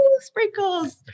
Sprinkles